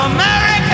America